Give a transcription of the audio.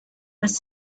was